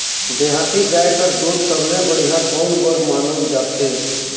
देहाती गाय कर दूध सबले बढ़िया कौन बर मानल जाथे?